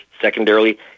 secondarily